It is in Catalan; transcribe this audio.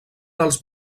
dels